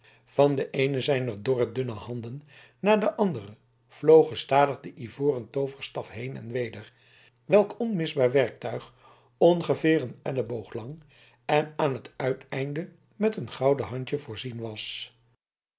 van de eene zijner dorre dunne handen naar de andere vloog gestadig de ivoren tooverstaf heen en weder welk onmisbaar werktuig ongeveer een elleboog lang en aan het uiteinde met een gouden handje voorzien was